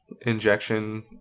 injection